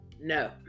No